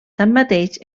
tanmateix